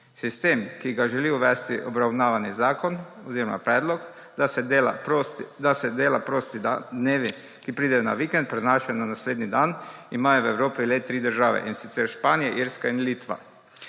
Sistem, ki ga želi uvesti obravnavani zakon oziroma predlog, da se dela prosti dnevi, ki pridejo na vikend, prenašajo na naslednji dan, imajo v Evropi le tri države, in sicer Španija, Irska in Litva.